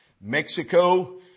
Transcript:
Mexico